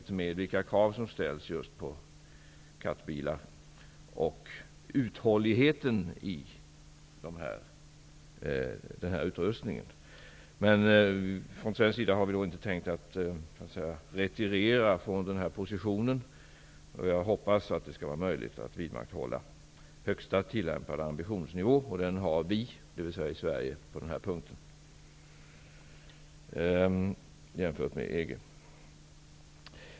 Det gäller då vilka krav som ställs på just katalysatorrenade bilar och på uthålligheten i den här utrustningen. Från svensk sida har vi inte tänkt retirera från vår position. Jag hoppas att det skall vara möjligt att vidmakthålla högsta tillämpad ambitionsnivå, något som vi i Sverige har på den här punkten jämfört med EG.